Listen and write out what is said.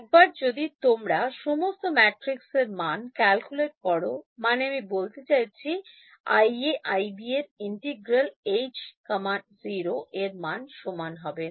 একবার যদি তোমরা সমস্ত ম্যাট্রিক্স এর মান ক্যালকুলেট করোমানে আমি বলতে চাইছি IA IB এর ইন্টিগ্রাল h0 এর সমান হবে